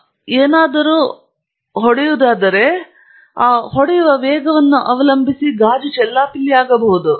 ಆದ್ದರಿಂದ ಏನಾದರೂ ಅದನ್ನು ಹೊಡೆಯುವುದಾದರೆ ಅದು ಹೊಂದಿರುವ ಆವೇಗವನ್ನು ಅವಲಂಬಿಸಿ ಗಾಜಿನ ಚೆಲ್ಲಾಪಿಲ್ಲಿಯಾಗಬಹುದು